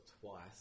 twice